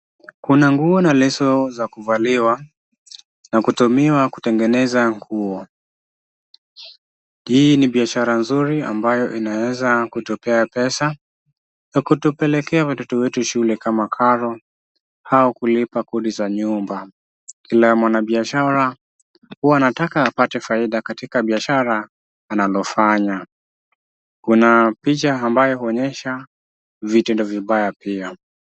Kuna nguo na leso za kuvaliwa na kutumiwa kutengeneza nguo. Hii ni biashara nzuri ambayo inaweza kutupea pesa ya kutupelekea watoto wetu shule kama karo au kulipa kodi za nyumba. Kila mwanabiashara huwa anataka apate faida katika biashara analofanya. Kuna picha ambayo huonyesha vitendo pia.